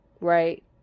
right